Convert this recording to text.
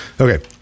okay